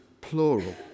plural